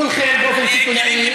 כולכם באופן סיטונאי,